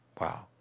Wow